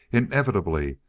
inevitably,